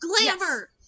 Glamour